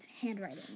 handwriting